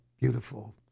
beautiful